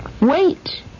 Wait